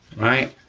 right?